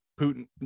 putin